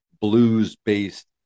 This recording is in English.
blues-based